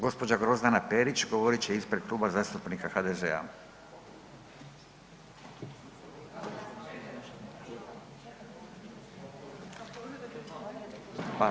Gospođa Grozdana Perić govorit će ispred Kluba zastupnika HDZ-a.